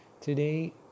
Today